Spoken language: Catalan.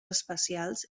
espacials